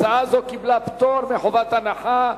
הצעה זו קיבלה פטור מחובת הנחה.